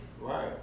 Right